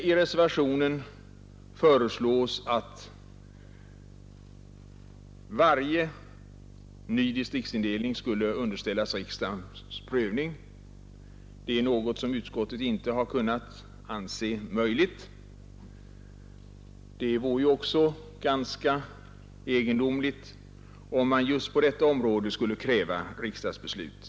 I reservationen föreslås att varje ny distriktsindelning skall underställas riksdagens prövning. Det är något som utskottet inte har kunnat anse möjligt. Det vore ju också ganska egendomligt, om man just på detta område skulle kräva riksdagens beslut.